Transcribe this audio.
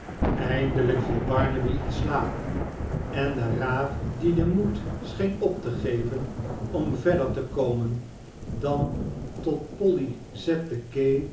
eindelijk viel barnaby in slaap en de raaf die den moed scheen op te geven om verder te komen dan tot polly zet de